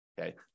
okay